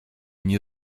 nie